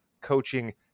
coaching